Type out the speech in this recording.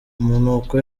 umunuko